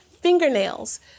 fingernails